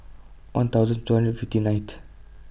one thousand two hundred fifty nineth